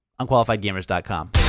Unqualifiedgamers.com